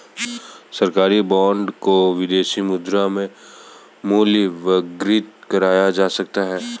सरकारी बॉन्ड को विदेशी मुद्रा में मूल्यवर्गित करा जा सकता है